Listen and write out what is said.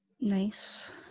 nice